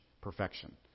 perfection